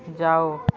जाओ